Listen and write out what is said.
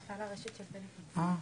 שלום ד"ר עדי ארן,